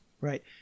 right